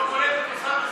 מה עם עליזה בראשי?